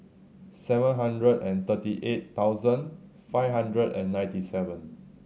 seven hundred and thirty eight thousand five hundred and ninety seven